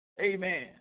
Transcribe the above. Amen